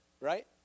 right